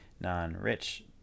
non-rich